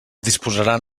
disposaran